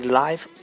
life